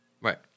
Right